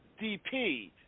dp